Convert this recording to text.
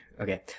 okay